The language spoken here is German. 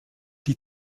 die